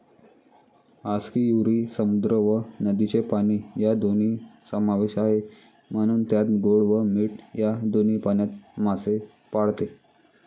आस्कियुरी समुद्र व नदीचे पाणी या दोन्ही समावेश आहे, म्हणून त्यात गोड व मीठ या दोन्ही पाण्यात मासे पाळते